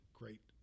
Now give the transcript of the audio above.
great